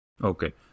Okay